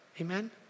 Amen